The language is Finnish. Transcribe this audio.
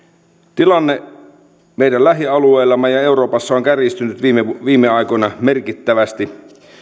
tilanne meidän lähialueillamme ja euroopassa on on kärjistynyt viime viime aikoina merkittävästi